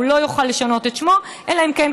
הוא לא יוכל לשנות את שמו אלא אם כן,